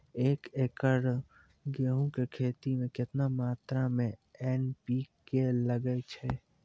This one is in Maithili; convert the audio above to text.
एक एकरऽ गेहूँ के खेती मे केतना मात्रा मे एन.पी.के लगे छै?